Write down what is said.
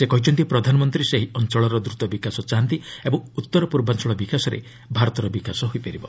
ସେ କହିଛନ୍ତି ପ୍ରଧାନମନ୍ତ୍ରୀ ସେହି ଅଞ୍ଚଳର ଦ୍ରତ ବିକାଶ ଚାହାନ୍ତି ଓ ଉତ୍ତର ପ୍ରର୍ବାଞ୍ଚଳ ବିକାଶରେ ଭାରତର ବିକାଶ ହୋଇପାରିବ